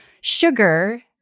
sugar